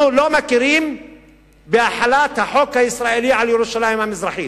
אנחנו לא מכירים בהחלת החוק הישראלי על ירושלים המזרחית.